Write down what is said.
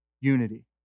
unity